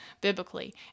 biblically